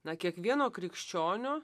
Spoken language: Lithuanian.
na kiekvieno krikščionio